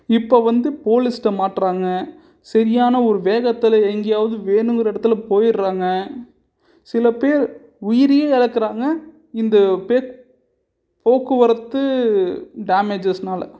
இப்போ வந்து போலிஸ்கிட்ட மாட்டுறாங்க சரியான ஒரு வேகத்தில் எங்கேயாவது வேணுங்கிற இடத்துல போயிடுறாங்க சில பேர் உயிரையே இழக்கறாங்க இந்த பேக் போக்குவரத்து டேமேஜஸ்னால்